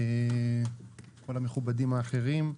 כל המכובדים האחרים,